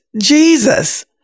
Jesus